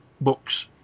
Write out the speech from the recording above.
books